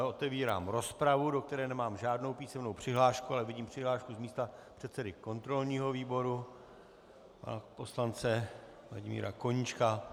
Otevírám rozpravu, do které nemám žádnou písemnou přihlášku, ale vidím přihlášku z místa předsedy kontrolního výboru pana poslance Vladimíra Koníčka.